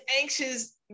anxious